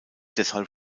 deshalb